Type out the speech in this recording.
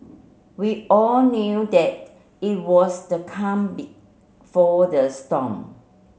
we all knew that it was the calm before the storm